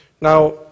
Now